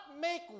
make